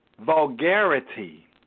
vulgarity